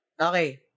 Okay